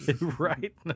right